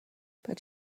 but